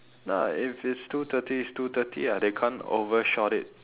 nah if it's two thirty it's two thirty ah they can't overshot it